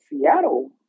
Seattle